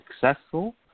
successful